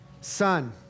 Son